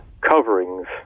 coverings